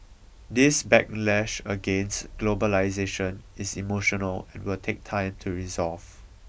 this backlash against globalisation is emotional and will take time to resolve